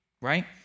right